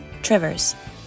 Trivers